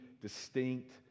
distinct